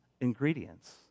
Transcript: ingredients